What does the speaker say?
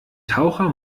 taucher